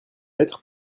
lettres